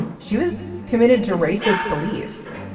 she was committed to racist beliefs.